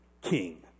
king